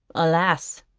alas!